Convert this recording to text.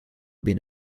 been